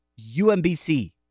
UMBC